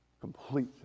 complete